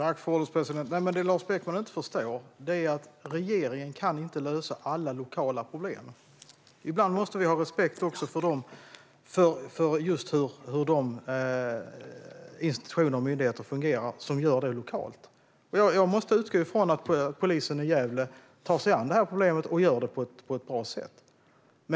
Fru ålderspresident! Det Lars Beckman inte förstår är att regeringen inte kan lösa alla lokala problem. Ibland måste vi ha respekt för hur de institutioner och myndigheter som gör detta lokalt fungerar. Jag måste utgå ifrån att polisen i Gävle tar sig an det här problemet och gör det på ett bra sätt.